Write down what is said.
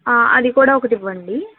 అది కూడా ఒకటివ్వండీ